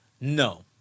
No